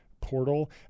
portal